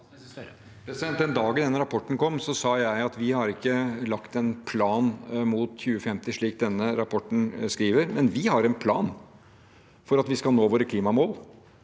Den dagen denne rapporten kom, sa jeg at vi ikke har lagt en plan mot 2050, slik denne rapporten skriver, men vi har en plan for at vi skal nå våre klimamål.